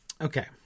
Okay